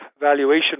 valuation